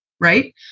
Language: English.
right